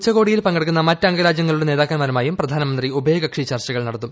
ഉച്ചകോടിയിൽ പങ്കെടുക്കുന്ന അംഗരാജ്യങ്ങളുടെ നേതാക്കന്മാരുമായും പ്രധാനമന്ത്രി ഉഭയ്ക്ക്ഷി ചർച്ചകൾ നടത്തും